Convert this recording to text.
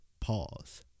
pause